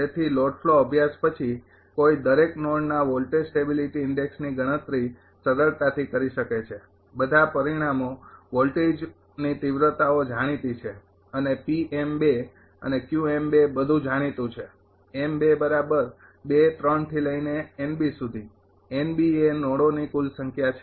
તેથી load flow અભ્યાસ પછી કોઈ એક દરેક નોડના વોલ્ટેજ સ્ટેબિલીટી ઇન્ડેક્ષ ની ગણતરી સરળતાથી કરી શકે છે બધા પરિણામો વોલ્ટેજની તિવ્રતાઓ જાણીતી છે અને અને બધુ જાણીતું છે એ નોડોની કુલ સંખ્યા છે